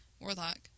warlock